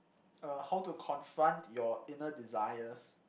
uh how to confront your inner desires